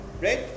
right